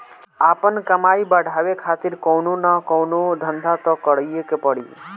आपन कमाई बढ़ावे खातिर कवनो न कवनो धंधा तअ करीए के पड़ी